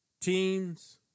teams